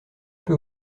peu